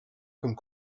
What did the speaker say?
comme